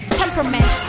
temperament